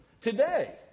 today